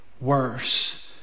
worse